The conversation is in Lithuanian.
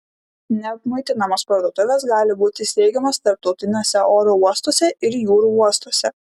neapmuitinamos parduotuvės gali būti steigiamos tarptautiniuose oro uostuose ir jūrų uostuose